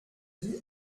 dit